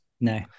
No